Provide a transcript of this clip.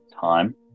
time